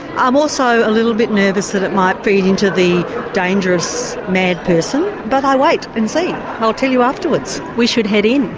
i'm also a little bit nervous that it might feed into the dangerous mad person, but i wait and see. i'll tell you afterwards. we should head in,